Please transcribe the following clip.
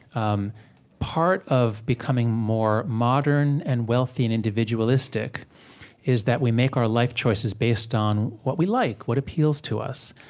um part of becoming more modern and wealthy and individualistic is that we make our life choices based on what we like, what appeals to us.